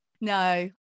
no